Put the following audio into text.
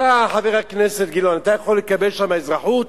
אתה, חבר הכנסת גילאון, אתה יכול לקבל שם אזרחות?